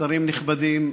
שרים נכבדים,